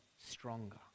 stronger